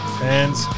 fans